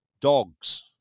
dogs